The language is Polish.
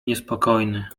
niespokojny